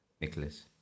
Nicholas